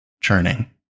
churning